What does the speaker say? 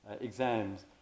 exams